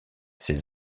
ses